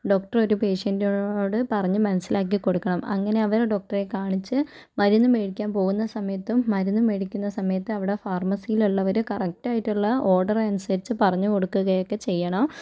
doctor ഒരു പേഷ്യൻറ്റിനോട് പറഞ്ഞ് മനസ്സിലാക്കി കൊടുക്കണം അങ്ങനെ അവർ ഡോക്ടറെ കാണിച്ച് മരുന്ന് മേടിക്കാൻ പോകുന്ന സമയത്തും മരുന്ന് മേടിക്കുന്ന സമയത്തും അവിടെ ഫാർമസീല് ഉള്ളവര് കറക്റ്റായിട്ടുള്ള ഓർഡർ അനുസരിച്ച് പറഞ്ഞു കൊടുക്കുകയൊക്കെ ചെയ്യണം